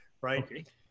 right